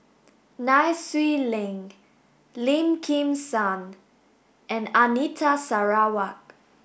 Nai Swee Leng Lim Kim San and Anita Sarawak